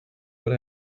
what